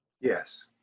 Yes